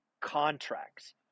contracts